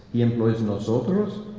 he employs nosotros,